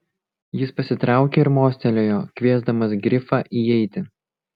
jis pasitraukė ir mostelėjo kviesdamas grifą įeiti